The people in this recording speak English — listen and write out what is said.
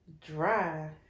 Dry